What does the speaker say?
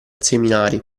seminari